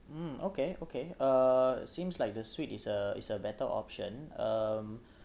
mm okay okay uh seems like the suite is a is a better option um